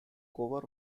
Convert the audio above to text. cover